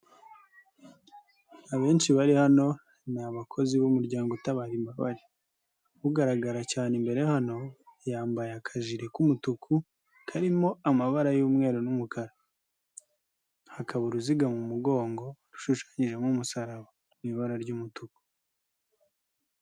Abenshi bari hano ni abakozi b'umuryango utabara imbabare. Ugaragara cyane imbere hano, yambaye akajile k'umutuku, karimo amabara y'umweru n'umukara. Hakaba uruziga mu mugongo rushushanyijemo umusaraba mu ibara ry'umutuku.